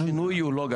השינוי הוא לא גדול.